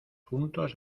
juntos